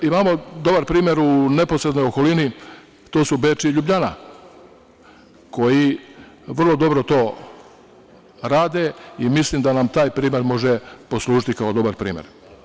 Imamo dobar primer u neposrednoj okolini, to su Beč i Ljubljana, koji vrlo dobro to rade i mislim da nam taj primer može poslužiti kao dobar primer.